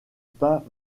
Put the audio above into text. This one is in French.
pas